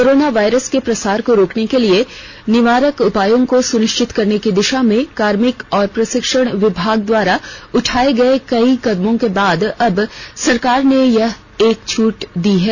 corona virus के प्रसार को रोकने के लिए निवारक उपायों को सुनिश्चित करने की दिशा में कार्मिक और प्रशिक्षण विभाग द्वारा उठाए गए कई कदमों के बाद अब सरकार ने यह एक और छूट दी है